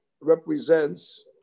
represents